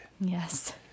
Yes